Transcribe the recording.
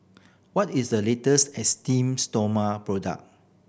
what is the latest Esteem Stoma product